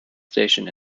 station